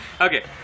okay